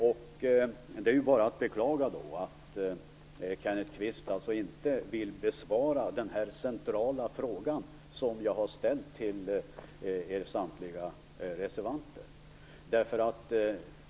Det är bara att beklaga att Kenneth Kvist inte vill besvara den centrala fråga som jag ställt till samtliga reservanter.